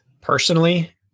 Personally